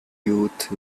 youth